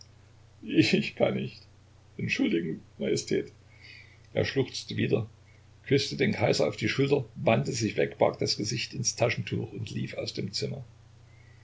kugel daneben ich kann nicht entschuldigen majestät er schluchzte wieder küßte den kaiser auf die schulter wandte sich weg barg das gesicht ins taschentuch und lief aus dem zimmer